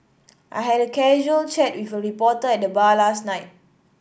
I had a casual chat with a reporter at the bar last night